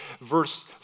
Verse